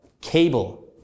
Cable